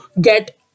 get